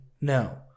No